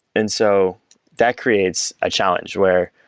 and so that creates a challenge, where